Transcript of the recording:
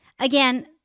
Again